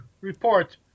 report